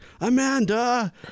amanda